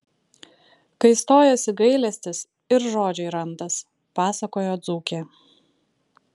kai stojasi gailestis ir žodžiai randas pasakojo dzūkė